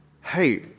hey